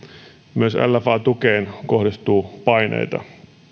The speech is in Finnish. myös lfa tukeen kohdistuu paineita